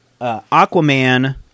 Aquaman